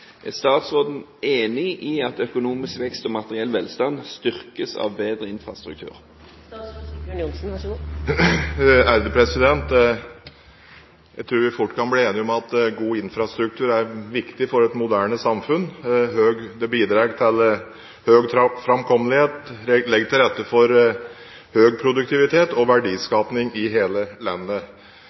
er det samme, men nytteverdien vil som regel være større ved tidligere ferdigstillelse. Er statsråden enig i at økonomisk vekst og materiell velstand styrkes av bedre infrastruktur?» Jeg tror vi fort kan bli enige om at god infrastruktur er viktig for et moderne samfunn. Det bidrar til god framkommelighet og legger til rette for økt produktivitet og verdiskaping i hele landet.